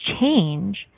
change